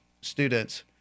students